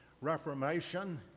Reformation